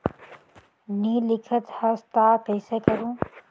नी लिखत हस ता कइसे करू?